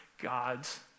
God's